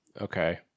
Okay